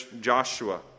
Joshua